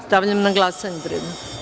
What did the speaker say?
Stavljam na glasanje.